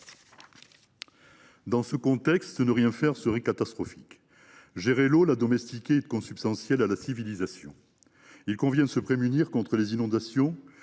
Dans ce contexte, ne rien faire serait catastrophique. Gérer l’eau, et la domestiquer, est consubstantiel à la civilisation. Il convient non seulement de se prémunir contre les inondations,